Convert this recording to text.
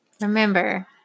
Remember